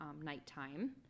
Nighttime